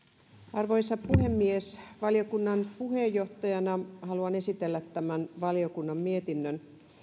arvoisa puhemies valiokunnan puheenjohtajana haluan esitellä tämän valiokunnan mietinnön